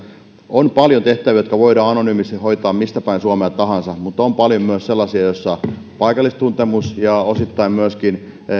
on paljon tehtäviä jotka voidaan anonyymisti hoitaa mistä päin suomea tahansa mutta on paljon myös sellaisia joissa paikallistuntemus ja osittain myöskin